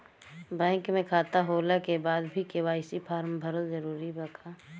Bank में खाता होला के बाद भी के.वाइ.सी फार्म भरल जरूरी बा का?